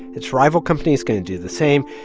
its rival company is going to do the same.